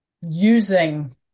using